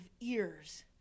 ears